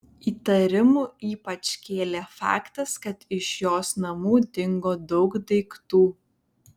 įtarimų ypač kėlė faktas kad iš jos namų dingo daug daiktų